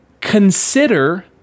consider